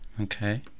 Okay